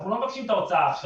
אנחנו לא מבקשים את ההוצאה עכשיו.